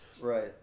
Right